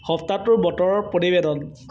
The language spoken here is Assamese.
সপ্তাহটোৰ বতৰৰ প্ৰতিবেদন